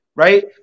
Right